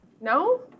No